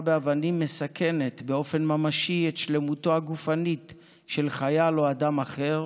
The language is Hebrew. באבנים מסכנת באופן ממשי את שלמותו הגופנית של חייל או אדם אחר